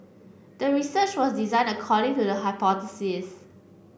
the research was designed according to the hypothesis